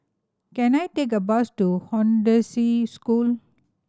can I take a bus to Hollandse School